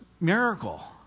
miracle